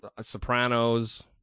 Sopranos